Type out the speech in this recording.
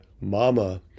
mama